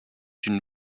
une